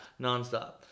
Nonstop